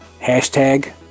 hashtag